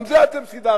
גם את זה אתם סידרתם.